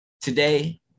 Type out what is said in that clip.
Today